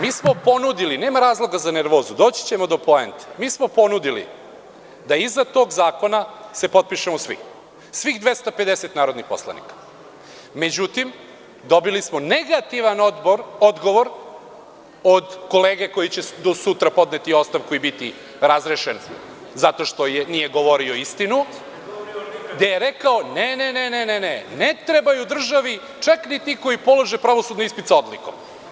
Mi smo ponudili, nema razloga za nervozu, doći ćemo do poente, da iza tog zakona se potpišemo svi, svih 250 narodnih poslanika, ali dobili smo negativan odgovor od kolega koji će sutra podneti ostavku i biti razrešen, zato što nije govorio istinu, gde je rekao – ne, ne, ne trebaju državi, čak ni ti koji polože pravosudni ispit sa odlikom.